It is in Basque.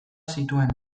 zituen